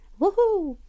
Woohoo